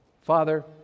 Father